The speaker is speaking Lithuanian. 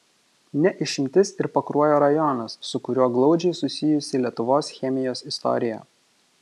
ne išimtis ir pakruojo rajonas su kuriuo glaudžiai susijusi lietuvos chemijos istorija